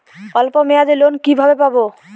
অল্প মেয়াদি লোন কিভাবে পাব?